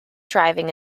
driving